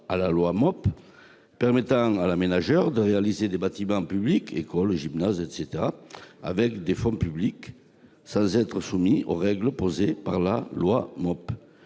la voie d'une concession d'aménagement de réaliser des bâtiments publics avec des fonds publics sans être soumis aux règles posées par la loi MOP.